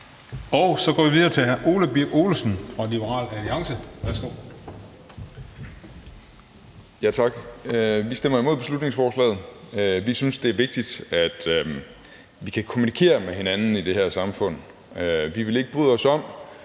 Så går vi videre til hr. Ole Birk Olesen fra Liberal Alliance. Værsgo. Kl. 20:50 (Ordfører) Ole Birk Olesen (LA): Tak. Vi stemmer imod beslutningsforslaget. Vi synes, det er vigtigt, at vi kan kommunikere med hinanden i det her samfund. Vi ville ikke bryde os om,